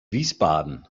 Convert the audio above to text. wiesbaden